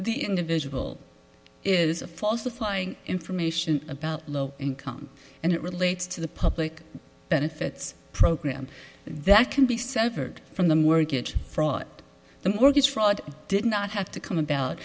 the individual is a falsifying information about low income and it relates to the public benefits program that can be severed from them work it fraud the mortgage fraud did not have to come about